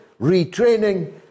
retraining